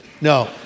No